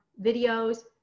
videos